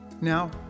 Now